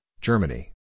Germany